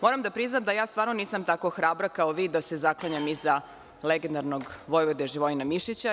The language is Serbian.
Moram da priznam da ja stvarno nisam tako hrabra da se zaklanjam iza legendarnog Vojvode Živojina Mišića.